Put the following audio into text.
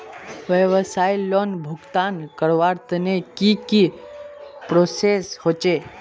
व्यवसाय लोन भुगतान करवार तने की की प्रोसेस होचे?